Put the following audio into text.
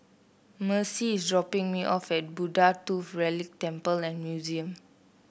Mercy is dropping me off at Buddha Tooth Relic Temple and Museum